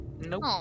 Nope